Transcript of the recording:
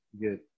good